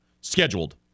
Scheduled